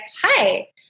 hi